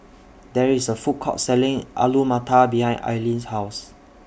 There IS A Food Court Selling Alu Matar behind Aylin's House